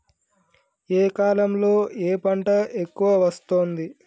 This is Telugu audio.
ఏ కాలంలో ఏ పంట ఎక్కువ వస్తోంది?